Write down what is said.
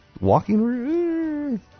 walking